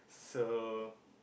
so